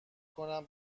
کنم